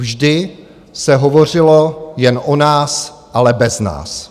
Vždy se hovořilo jen o nás, ale bez nás.